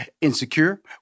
Insecure